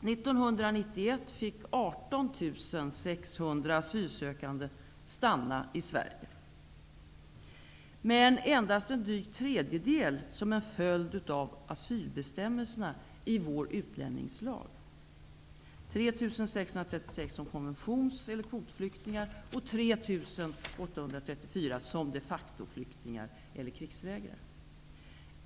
1991 fick 18 600 asylsökande stanna i Sverige, men endast en dryg tredjedel som en följd av asylbestämmelserna i vår utlänningslag, 3 636 som konventions eller kvotflyktingar och 3 834 som de facto-flyktingar eller krigsvägrare.